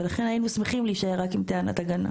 ולכן היינו שמחים להישאר רק עם טענת הגנה.